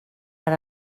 per